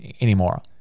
anymore